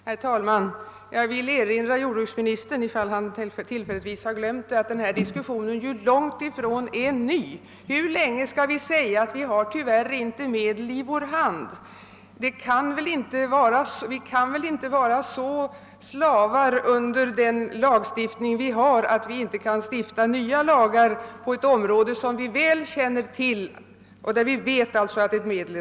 Herr talman! Jag vill erinra jordbruksministern, ifall han tillfälligtvis har glömt det, om att denna diskussion långt ifrån är ny. Hur länge skall vi säga att vi tyvärr inte har några hjälpmedel i vår hand? Vi kan väl inte till den grad vara slavar under den lagstiftning som finns att vi inte kan stifta nya lagar — på ett område som vi väl känner till, där vi vet att en produkt är skadlig?